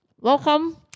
Welcome